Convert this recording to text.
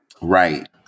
Right